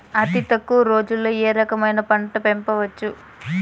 అతి తక్కువ రోజుల్లో ఏ రకమైన పంట పెంచవచ్చు?